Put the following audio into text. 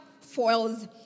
foils